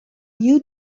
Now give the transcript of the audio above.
you